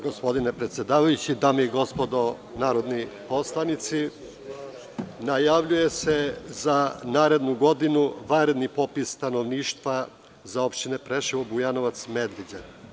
Gospodine predsedavajući, dame i gospodo narodni poslanici, najavljuje se za narednu godinu vanredni popis stanovništva za opštine Preševo, Bujanovac i Medveđu.